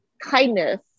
kindness